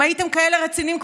אם הייתם כאלה רציניים,